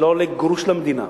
שלא עולה גרוש למדינה,